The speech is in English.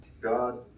God